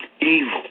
evil